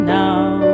now